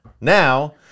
now